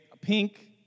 pink